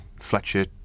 Fletcher